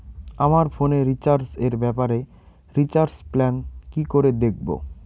আমার ফোনে রিচার্জ এর ব্যাপারে রিচার্জ প্ল্যান কি করে দেখবো?